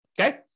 okay